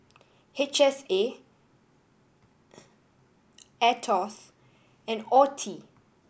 H S A Aetos and Oeti